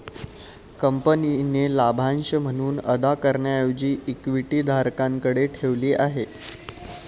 कंपनीने लाभांश म्हणून अदा करण्याऐवजी इक्विटी धारकांकडे ठेवली आहे